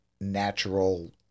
Natural